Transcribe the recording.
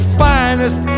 finest